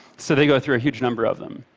so they go through a huge number of them.